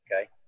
Okay